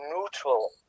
neutral